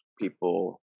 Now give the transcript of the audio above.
people